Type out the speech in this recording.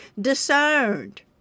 discerned